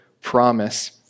promise